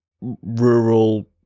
rural